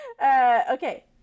Okay